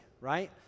right